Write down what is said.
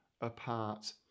apart